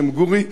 בשם גורי,